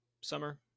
summer